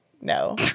No